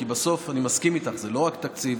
כי אני מסכים איתך שזה לא רק תקציב,